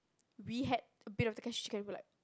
we had a bit of the cashew chicken we were like